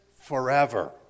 forever